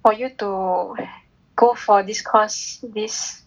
for you to go for this course this